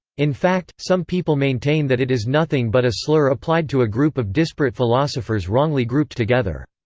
in fact, some people maintain that it is nothing but a slur applied to a group of disparate philosophers wrongly grouped together.